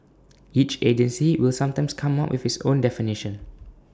each agency will sometimes come up with its own definition